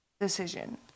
decision